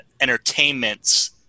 entertainments